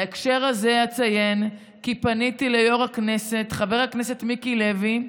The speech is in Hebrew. בהקשר הזה אציין כי פניתי ליו"ר הכנסת חבר הכנסת מיקי לוי,